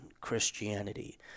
Christianity